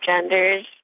genders